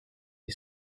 you